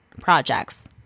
projects